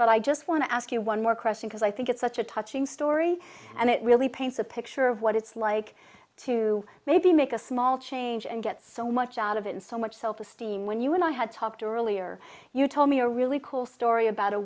but i just want to ask you one more question because i think it's such a touching story and it really paints a picture of what it's like to maybe make a small change and get so much out of it and so much self esteem when you and i had talked earlier you told me a really cool story about a